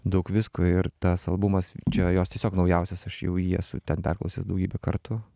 daug visko ir tas albumas čia jos tiesiog naujausias aš jau jį esu ten perklausęs daugybę kartų